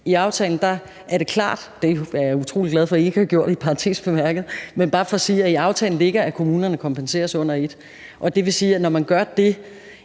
i aftalen ligger, at kommunerne kompenseres under et, og det vil sige, at når man gør det,